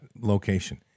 location